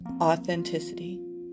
authenticity